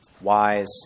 wise